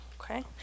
Okay